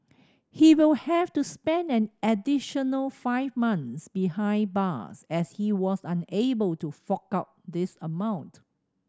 he will have to spend an additional five months behind bars as he was unable to fork out this amount